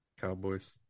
Cowboys